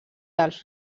als